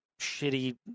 shitty